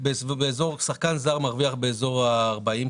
שחקן זר מרוויח באזור ה-40,000,